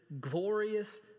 glorious